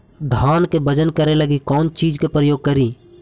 धान के बजन करे लगी कौन चिज के प्रयोग करि?